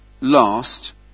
last